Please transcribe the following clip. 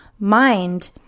mind